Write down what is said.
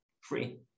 free